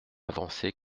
avançait